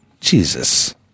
Jesus